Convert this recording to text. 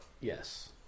yes